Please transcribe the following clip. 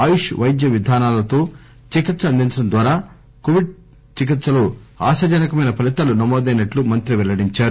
ఆయుష్ వైద్యవిధానాలతో చికిత్ప అందించడం ద్వారా కోవిడ్ చికిత్పలో ఆశాజనకమైన ఫలీతాలు నమోదైనట్లు మంత్రి పెల్లడించారు